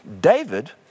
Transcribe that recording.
David